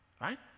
right